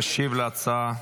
תשיב להצעה